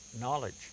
knowledge